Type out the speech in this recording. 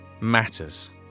matters